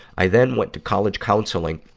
i then went to college counseling,